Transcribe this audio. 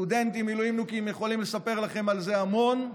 סטודנטים מילואימניקים יכולים לספר לכם על זה המון,